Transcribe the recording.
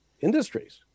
industries